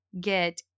get